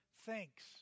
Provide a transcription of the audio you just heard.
thanks